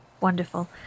Wonderful